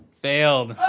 failed